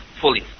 fully